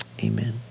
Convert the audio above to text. amen